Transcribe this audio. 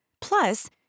Plus